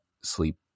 sleep